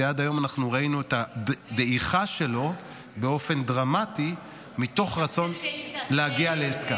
שעד היום אנחנו ראינו את הדעיכה שלו באופן דרמטי מתוך רצון להגיע לעסקה.